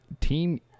Team